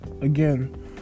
again